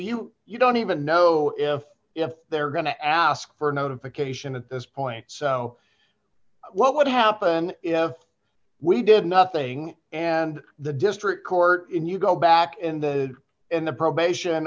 you don't even know if they're going to ask for a notification at this point so what would happen if we did nothing and the district court in you go back and the and the probation